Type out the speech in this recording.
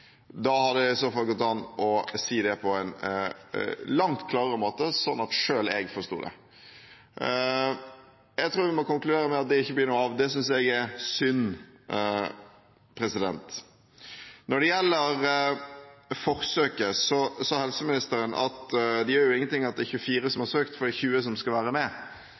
Da hadde det i så fall gått an å si det på en langt klarere måte sånn at selv jeg forstod det. Jeg tror vi må konkludere med at det ikke blir noe av. Det synes jeg er synd. Når det gjelder forsøket, sa helseministeren at det gjør jo ingenting at det er 24 som har søkt, for det er 20 som skal være med.